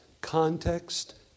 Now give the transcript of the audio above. context